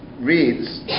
reads